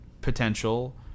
potential